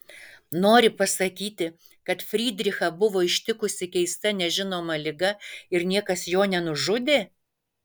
nori pasakyti kad frydrichą buvo ištikusi keista nežinoma liga ir niekas jo nenužudė